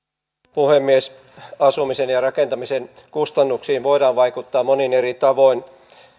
puhemies asumisen ja rakentamisen kustannuksiin voidaan vaikuttaa monin eri tavoin